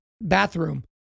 bathroom